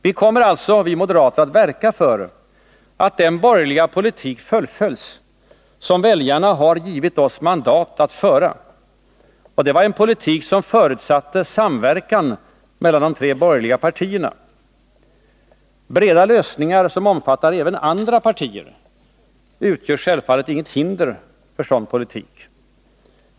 Vi moderater kommer att verka för att den borgerliga politik fullföljs som väljarna givit oss mandat att föra — en politik som förutsätter samverkan mellan de tre borgerliga partierna. Breda lösningar som omfattar även andra partier utgör självfallet inget hinder för en sådan politik.